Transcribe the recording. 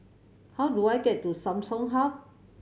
how do I get to Samsung Hub